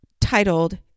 titled